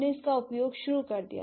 हमने इसका उपयोग शुरू कर दिया